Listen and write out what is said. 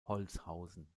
holzhausen